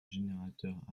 générateur